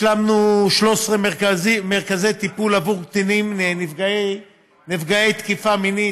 השלמנו 13 מרכזי טיפול עבור קטינים נפגעי תקיפה מינית.